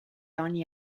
ogni